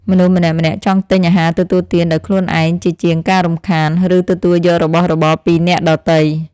មនុស្សម្នាក់ៗចង់ទិញអាហារទទួលទានដោយខ្លួនឯងជាជាងការរំខាន ឬទទួលយករបស់របរពីអ្នកដទៃ។